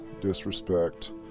disrespect